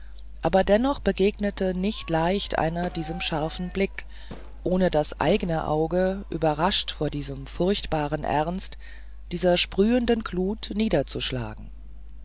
aber dennoch begegnete nicht leicht einer diesem scharfen blick ohne das eigne auge überrascht vor diesem furchtbaren ernst dieser sprühenden glut niederzuschlagen